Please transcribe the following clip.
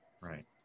right